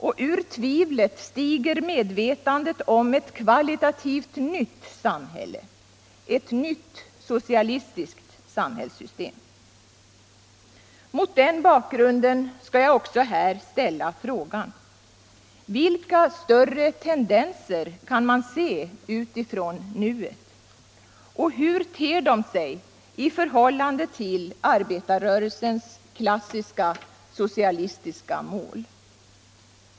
Och ur tvivlet stiger medvetandet om ett kvalitativt nytt samhälle, ett nytt, Socialistiskt samhällssystem. Mot den bakgrunden skall jag också här ställa frågan: Vilka större tendenser kan man se utifrån nuet och hur ter de sig i förhållandet till arbetarrörelsen klassiska, socialistiska mål?